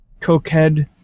Cokehead